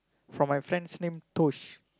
from my friend's name Tosh